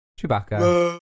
Chewbacca